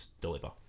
deliver